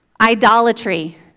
Idolatry